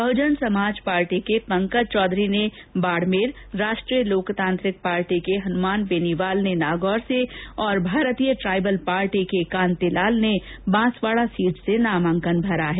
Bahujan Samaj party के पंकज चौधरी ने Barmer Rashtriya Loktantrik party के हनुमान बेनीवाल ने नागौर से और भारतीय ट्राइबल पार्टी के कांतिलाल ने बासवाडा सीट से नामांकन भरा है